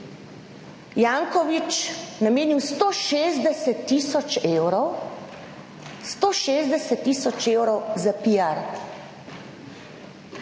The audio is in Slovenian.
Jankovič namenil 160 tisoč evrov, 160